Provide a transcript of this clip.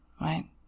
right